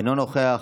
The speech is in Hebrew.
אינו נוכח.